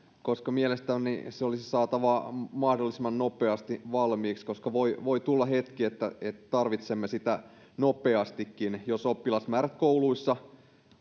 mielestäni se olisi saatava mahdollisimman nopeasti valmiiksi koska voi voi tulla hetki että että tarvitsemme sitä nopeastikin jos oppilasmäärät kouluissa